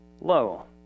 low